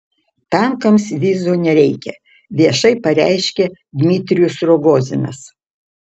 tankams vizų nereikia viešai pareiškia dmitrijus rogozinas